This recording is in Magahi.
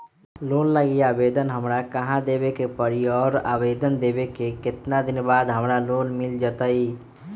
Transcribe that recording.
लोन लागी आवेदन हमरा कहां देवे के पड़ी और आवेदन देवे के केतना दिन बाद हमरा लोन मिल जतई?